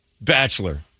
bachelor